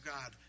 God